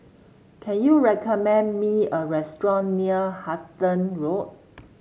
can you recommend me a restaurant near Halton Road